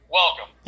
welcome